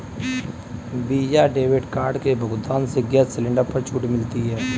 visa debit card के भुगतान से गैस सिलेंडर पर छूट मिलती है